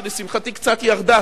שלשמחתי קצת ירדה,